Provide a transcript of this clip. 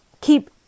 keep